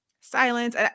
silence